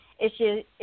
issues